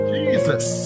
Jesus